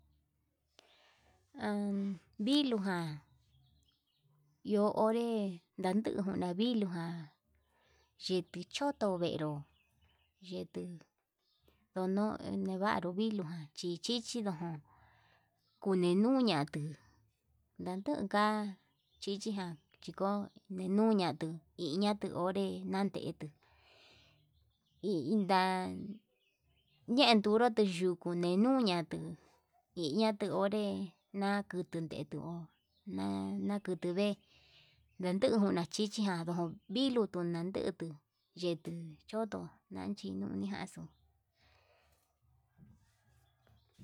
An viluu jan iho onré ndanduu uu viluu ján xhiti choto venró, yetuu ndono nevanru viluu njuan chichi nchindojon, kunenuña tuu natunka chichijan chiko nenuñatuu iña'a tuu onré nandetu ida'an yenduru xhetutu yeñunratuu, iñatuu onre nakundetu nakutu vee ndejujuna chichijan ho viluu n ndutu yetuu choto nanduninaxuu.